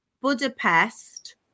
Budapest